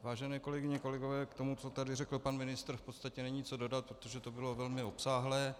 Vážené kolegyně a kolegové, k tomu, co tady řekl pan ministr, v podstatě není co dodat, protože to bylo velmi obsáhlé.